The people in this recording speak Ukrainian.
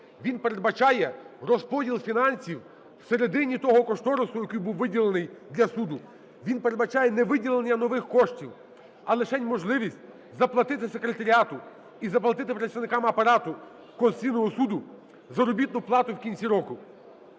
він передбачає розподіл фінансів всередині того кошторису, який був виділений для суду, він передбачає не виділення нових коштів, а лишень можливість заплатити секретаріату і заплатити працівникам Апарату Конституційного Суду заробітну плату в кінці року.